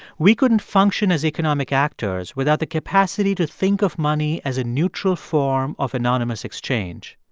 we couldn't function as economic actors without the capacity to think of money as a neutral form of anonymous exchange.